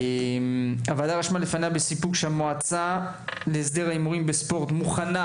הוועדה רשמה לפניה בסיפוק שהמועצה להסדר הימורים בספורט מוכנה